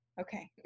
okay